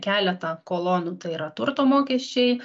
keletą kolonų tai yra turto mokesčiai